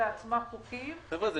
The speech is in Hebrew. אני